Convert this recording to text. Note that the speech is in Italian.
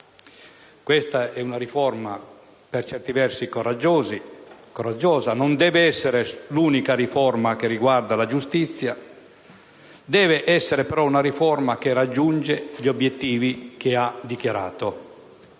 avanti. È una riforma per certi versi coraggiosa; non deve essere però l'unica che riguarda la giustizia, ma deve essere una riforma che raggiunge gli obiettivi che ha dichiarato: